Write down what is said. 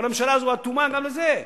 אבל הממשלה הזו אטומה גם לזה.